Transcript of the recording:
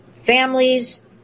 families